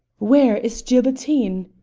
where is gilbertine?